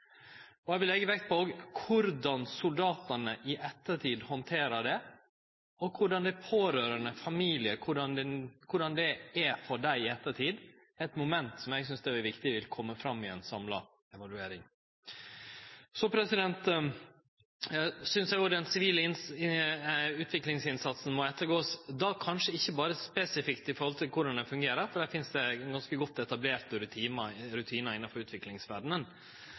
menneskeliv. Eg vil òg leggje vekt på korleis soldatane i ettertid handterer det, og korleis det er for dei pårørande og familie i ettertid – eit moment eg synest det vil vere viktig at kjem fram i ei samla evaluering. Så synest eg at ein må ettergå den sivile utviklingsinnsatsen, kanskje ikkje berre spesifikt i forhold til korleis han fungerer, for det finst godt etablerte rutinar innanfor